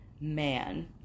man